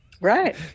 Right